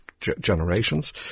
generations